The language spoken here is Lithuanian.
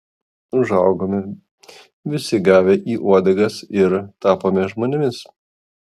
užaugome visi gavę į uodegas ir tapome žmonėmis